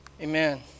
Amen